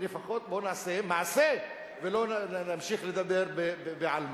לפחות בואו נעשה מעשה ולא נמשיך לדבר בעלמא.